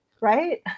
right